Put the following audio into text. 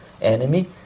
enemy